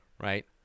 Right